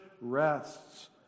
rests